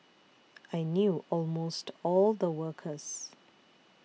I knew almost all the workers